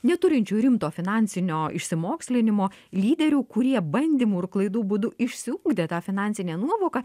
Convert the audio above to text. neturinčių rimto finansinio išsimokslinimo lyderių kurie bandymų ir klaidų būdu išsiugdė tą finansinę nuovoką